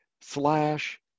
slash